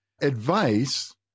advice